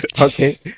Okay